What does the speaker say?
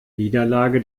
niederlage